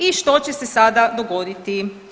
I što će se sada dogoditi?